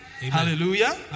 Hallelujah